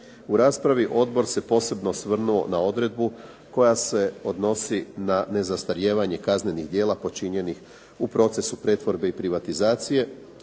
U raspravi odbor se posebno osvrnuo na odredbu koja se odnosi na nezastarijevanje kaznenih djela počinjenih u procesu pretvorbe i privatizacije.